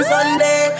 Sunday